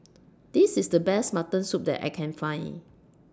This IS The Best Mutton Soup that I Can Find